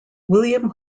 william